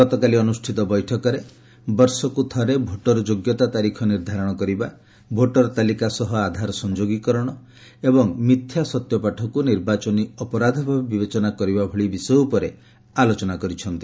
ଗତକାଲି ଅନୁଷ୍ଠିତ ବୈଠକରେ ବର୍ଷକୁ ଥରେ ଭୋଟର ଯୋଗ୍ୟତା ତାରିଖ ନିର୍ଦ୍ଧାରଣ କରିବା ଭୋଟର ତାଲିକା ସହ ଆଧାର ସଂଯୋଗୀକରଣ ଏବଂ ମିଥ୍ୟା ସତ୍ୟପାଠକୁ ନିର୍ବାଚନୀ ଅପରାଧ ଭାବେ ବିବେଚନା କରିବା ଭଳି ବିଷୟ ଉପରେ ଆଲୋଚନା କରିଛନ୍ତି